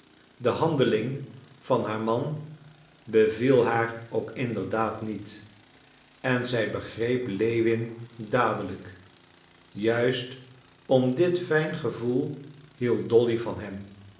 de handeling van haar man beviel haar ook inderdaad niet en zij begreep lewin dadelijk juist om dit fijn gevoel hield dolly van hem